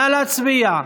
נא להצביע.